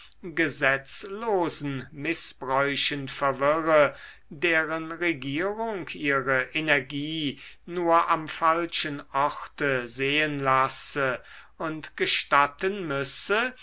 gesetzlosen mißbräuchen verwirre deren regierung ihre energie nur am falschen orte sehen lasse und gestatten müsse